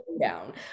down